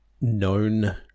known